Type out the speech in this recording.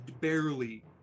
barely